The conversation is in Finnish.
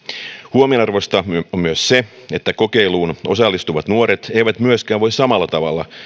huomionarvoista on myös se että kokeiluun osallistuvat nuoret eivät myöskään voi samalla tavalla